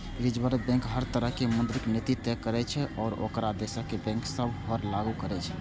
reserve bank हर तरहक मौद्रिक नीति तय करै छै आ ओकरा देशक बैंक सभ पर लागू करै छै